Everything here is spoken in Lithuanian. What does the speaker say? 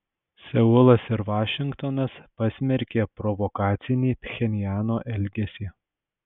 seulas ir vašingtonas pasmerkė provokacinį pchenjano elgesį